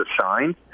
signed